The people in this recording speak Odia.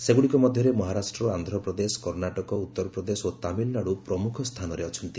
ସେଗୁଡ଼ିକ ମଧ୍ୟରେ ମହାରାଷ୍ଟ୍ର ଆନ୍ଧ୍ରପ୍ରଦେଶ କର୍ଣ୍ଣାଟକ ଉତ୍ତରପ୍ରଦେଶ ଓ ତାମିଲନାଡୁ ପ୍ରମୁଖ ସ୍ଥାନରେ ଅଛନ୍ତି